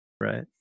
Right